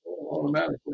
automatically